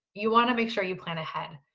you wanna make sure you plan ahead.